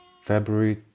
February